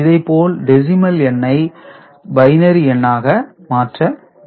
இதைப்போல டெசிமல் எண்ணை பைனரி எண்ணாக மாற்ற முடியும்